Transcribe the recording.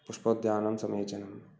पुष्पोद्यानं समीचीनम्